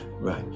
right